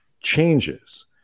changes